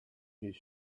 his